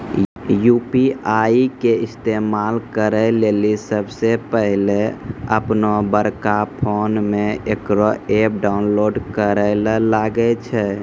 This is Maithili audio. यु.पी.आई के इस्तेमाल करै लेली सबसे पहिलै अपनोबड़का फोनमे इकरो ऐप डाउनलोड करैल लागै छै